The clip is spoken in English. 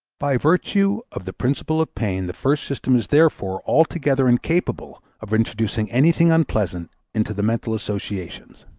by virtue of the principle of pain the first system is therefore altogether incapable of introducing anything unpleasant into the mental associations.